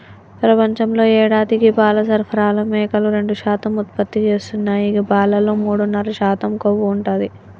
ప్రపంచంలో యేడాదికి పాల సరఫరాలో మేకలు రెండు శాతం ఉత్పత్తి చేస్తున్నాయి గీ పాలలో మూడున్నర శాతం కొవ్వు ఉంటది